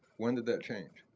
when did that change?